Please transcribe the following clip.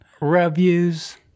reviews